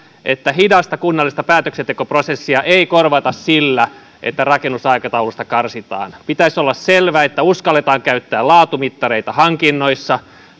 että hidasta kunnallista päätöksentekoprosessia ei korvata sillä että rakennusaikataulusta karsitaan pitäisi olla selvää että uskalletaan käyttää laatumittareita hankinnoissa